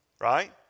right